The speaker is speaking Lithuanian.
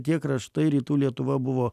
tie kraštai rytų lietuva buvo